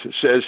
says